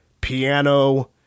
piano